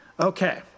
Okay